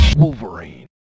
Wolverine